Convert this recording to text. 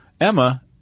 Emma